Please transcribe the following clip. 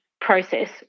process